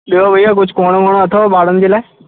ॿियो भैया कुझु कोण वोण अथव ॿारनि जे लाइ